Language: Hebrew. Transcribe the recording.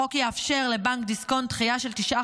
החוק יאפשר לבנק דיסקונט דחייה של תשעה